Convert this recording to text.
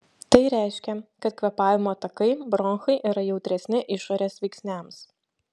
tai reiškia kad kvėpavimo takai bronchai yra jautresni išorės veiksniams